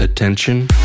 attention